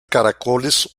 caracoles